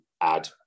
add